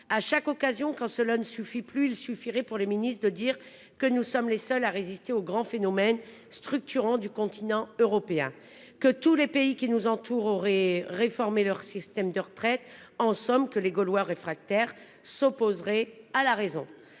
à chaque occasion quand cela ne suffit plus, il suffirait pour le ministre de dire que nous sommes les seuls à résister aux grands phénomènes structurant du continent européen que tous les pays qui nous entourent aurait réformer leur système de retraite en somme que les Gaulois réfractaires, s'opposerait à la raison.